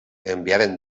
enviaren